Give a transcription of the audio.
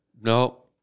No